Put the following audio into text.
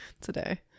today